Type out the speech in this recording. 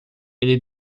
ele